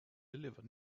deliver